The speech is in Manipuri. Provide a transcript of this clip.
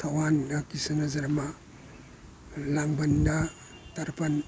ꯊꯋꯥꯟꯗ ꯀ꯭ꯔꯤꯁꯅ ꯖꯔꯃ ꯂꯥꯡꯕꯟꯗ ꯇꯔꯄꯟ